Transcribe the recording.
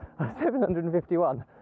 751